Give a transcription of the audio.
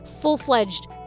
full-fledged